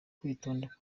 kwitondera